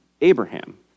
Abraham